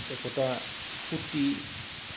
একোটা সুঁতি